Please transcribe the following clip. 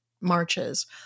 marches